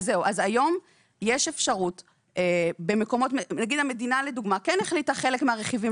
אם לדוגמה המדינה כן החליטה חלק מהרכיבים